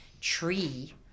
tree